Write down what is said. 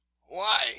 Why